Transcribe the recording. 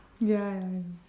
ya ya ya